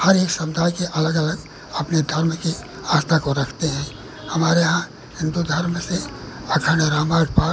हरेक समुदाय के अलग अलग अपने धर्म की आस्था को रखते हैं हमारे यहाँ हिन्दू धर्म से अखण्ड रामायण पाठ